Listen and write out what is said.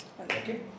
Okay